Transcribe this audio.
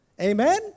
Amen